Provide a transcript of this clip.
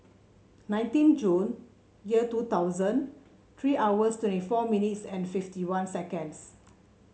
nineteen Jun year two thousand three hours twenty four minutes and fifty one seconds